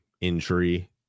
injury